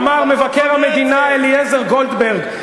אמר מבקר המדינה אליעזר גולדברג,